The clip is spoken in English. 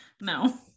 No